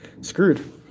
screwed